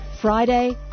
Friday